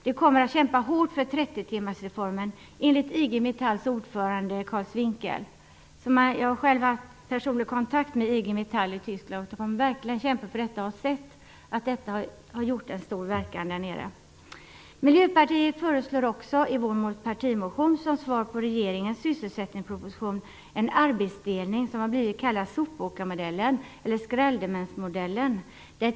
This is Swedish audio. Man kommer att kämpa hårt för 30-timmarsreformen, enligt IG-Metalls ordförande Karl Zwinkel. Jag har själv haft personlig kontakt med IG-Metall i Tyskland. Man har verkligen kämpat för detta och sett att det har gjort en stor verkan där nere. I Miljöpartiets partimotion föreslås också, som svar på regeringens sysselsättningsproposition, en arbetsdelning. Den har blivit kallad sopåkarmodellen eller skraldemandsmodellen.